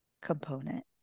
component